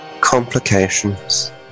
complications